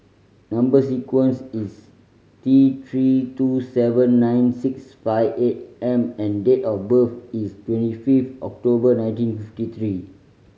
number sequence is T Three two seven nine six five eight M and date of birth is twenty fifth October nineteen fifty three